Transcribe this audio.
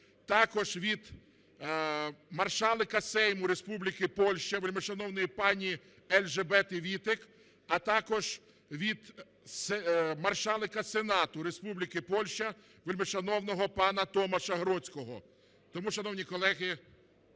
також від Маршалка Сейму Республіки Польща вельмишановної пані Ельжбети Вітек, а також від Маршалка Сенату Республіки Польща вельмишановного пана Томаша Гродського. Тому, шановні колеги,